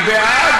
אני בעד.